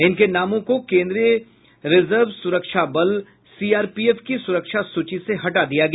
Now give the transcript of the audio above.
इनके नामों को केन्द्रीय रिजर्व सुरक्षा बल सीआरपीएफ की सुरक्षा सूची से हटा दिया गया